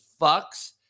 fucks